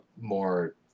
more